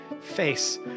face